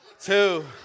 two